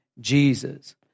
Jesus